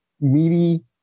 meaty